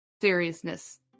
seriousness